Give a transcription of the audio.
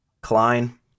Klein